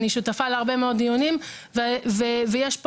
אני שותפה להרבה מאוד דיונים ויש פה